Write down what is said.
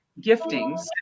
giftings